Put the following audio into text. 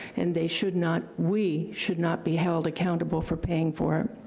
and they should not, we should not be held accountable for paying for it.